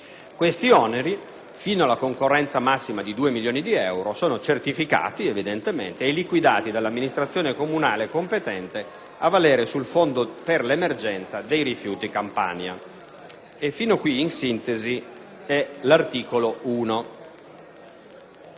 Tali oneri, fino alla concorrenza massima di 2 milioni di euro, sono certificati e liquidati dall'amministrazione comunale competente a valere sul fondo per l'emergenza dei rifiuti Campania. L'articolo 2